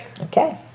Okay